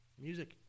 Music